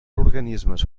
organismes